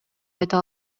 айта